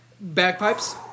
Bagpipes